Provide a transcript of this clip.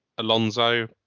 alonso